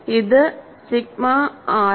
ഇത് sigma R